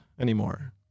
anymore